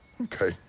okay